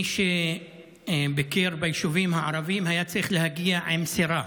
מי שביקר ביישובים הערביים היה צריך להגיע עם סירה.